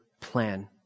plan